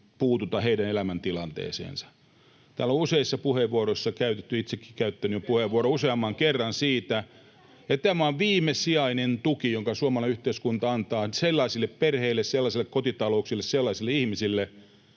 ihmisten elämäntilanteeseen puututa. Täällä on useita puheenvuoroja käytetty, itsekin olen käyttänyt puheenvuoron useamman kerran siitä, että tämä on viimesijainen tuki, jonka suomalainen yhteiskunta antaa sellaisille perheille, sellaisille kotitalouksille, sellaisille ihmisille,